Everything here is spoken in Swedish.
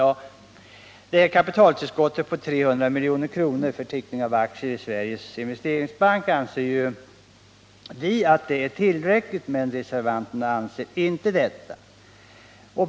a. anser vi att kapitaltillskottet på 300 milj.kr. för teckning av aktier i Sveriges Investeringsbank är tillräckligt, men reservanterna anser inte det.